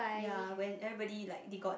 ya when everybody like they got